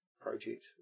project